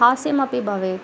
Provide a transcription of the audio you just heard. हास्यमपि भवेत्